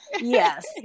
Yes